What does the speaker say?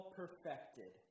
perfected